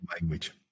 language